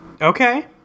Okay